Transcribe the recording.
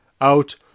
out